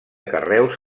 carreus